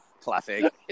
Classic